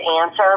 answer